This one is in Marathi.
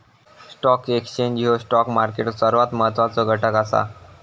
स्टॉक एक्सचेंज ह्यो स्टॉक मार्केटचो सर्वात महत्वाचो घटक असा